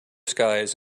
skies